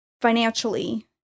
financially